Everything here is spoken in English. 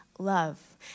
love